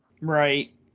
Right